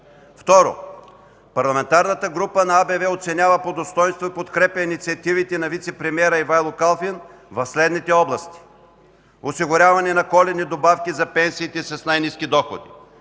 Второ, Парламентарната група на АБВ оценява по достойнство и подкрепя инициативите на вицепремиера Ивайло Калфин в следните области: осигуряване на коледни добавки за пенсиите с най-ниски доходи;